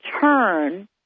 turn